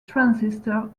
transistor